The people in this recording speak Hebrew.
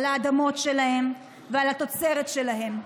על האדמות שלהם ועל התוצרת שלהם,